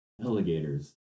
Alligators